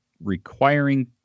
requiring